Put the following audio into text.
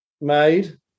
made